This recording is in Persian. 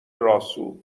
راسو